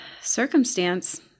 circumstance